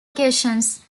occasions